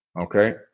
Okay